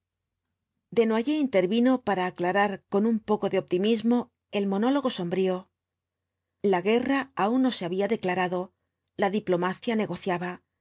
estas gentes desnoyers intervino para aclarar con un poco de optimismo el monólogo sombrío la guerra aun no sé había declarado la diplomacia negociaba